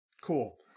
Cool